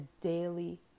daily